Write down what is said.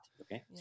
Okay